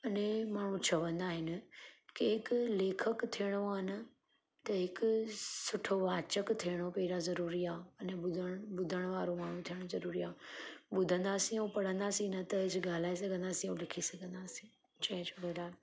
अने माण्हू चवंदा आहिनि के हिकु लेखकु थियणो आहे न त हिकु सुठो वाचकु थियणो पहिरां ज़रूरी आहे अने ॿुधण ॿुधणवारो माण्हू थियण ज़रूरी आहे ॿुधंदासी ऐं पढ़ंदासीं न त अॼु ॻाल्हाए सघंदासीं ऐं लिखी सघंदासीं जय झूलेलाल